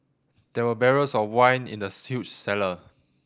there were barrels of wine in the huge cellar